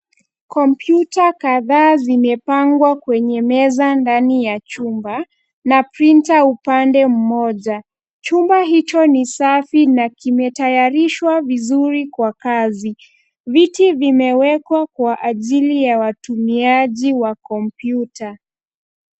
Kompyuta kadhaa zimepangwa kwenye meza ndani ya chumba na printa upande mmoja. Chumba hicho ni safi na kimetayarishwa vizuri kwa kazi. Viti vimewekwa kwa ajili ya watumiaji wa kompyuta.